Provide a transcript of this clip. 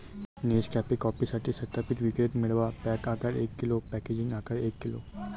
Nescafe कॉफीसाठी सत्यापित विक्रेते मिळवा, पॅक आकार एक किलो, पॅकेजिंग आकार एक किलो